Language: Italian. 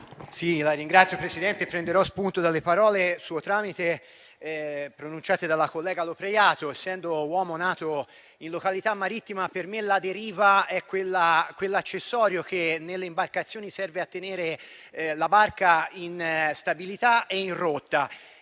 Signor Presidente, prenderò spunto, per il suo tramite, dalle parole pronunciate dalla collega Lopreiato. Essendo io uomo nato in località marittima, per me la deriva è quell'accessorio che nelle imbarcazioni serve a tenere la barca in stabilità e in rotta.